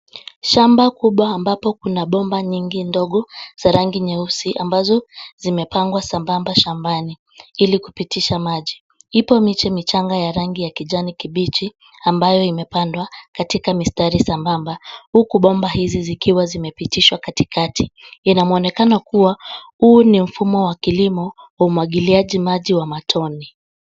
Shamba kubwa ambapo kuna bomba nyingi ndogo za rangi nyeusi ambazo zimepangwa sambamba shambani ili kupitisha maji. Ipo miche michanga ya rangi ya kijani kibichi ambayo imepandwa katika mistari sambamba, huku bomba hizi zikiwa zimepitishwa katikati. Ina mwonekano kuwa huu ni mfumo wa kilimo wa umwagiliaji maji wa matone.